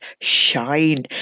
shine